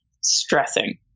stressing